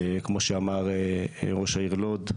כמו שאמר ראש העיר לוד,